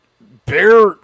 Bear